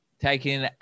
taking